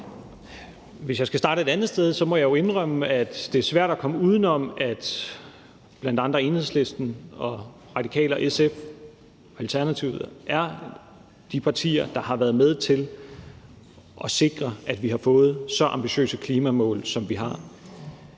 Hvis jeg skal starte et andet sted, må jeg jo indrømme, at det er svært at komme uden om, at Enhedslisten, Radikale, SF og Alternativet er blandt de partier, der har været med til at sikre, at vi har fået så ambitiøse klimamål, som vi har.